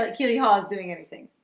like kitty hawes doing anything.